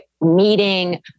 meeting